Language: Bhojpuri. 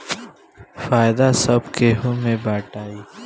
फायदा सब केहू मे बटाई